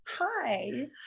Hi